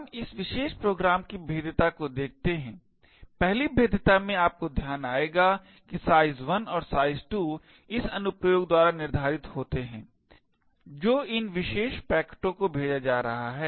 हम इस विशेष प्रोग्राम की भेद्यता को देखते हैं पहली भेद्यता में आपको ध्यान आयेगा कि size1 और size2 उस अनुप्रयोग द्वारा निर्धारित होते हैं जो इन विशेष पैकेटों को भेज रहा है